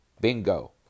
bingo